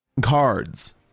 cards